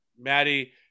maddie